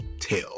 tell